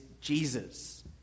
Jesus